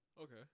Okay